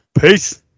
Peace